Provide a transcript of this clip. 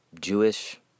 Jewish